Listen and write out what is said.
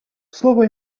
слово